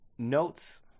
notes